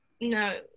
no